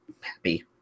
happy